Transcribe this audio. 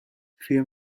für